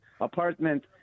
apartment